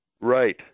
Right